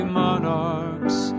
monarchs